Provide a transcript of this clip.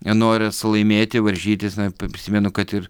noras laimėti varžytis na prisimenu kad ir